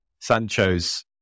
Sancho's